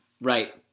Right